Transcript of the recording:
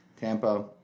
Tampa